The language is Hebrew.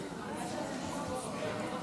25,